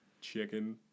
Chicken